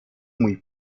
muy